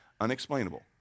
Unexplainable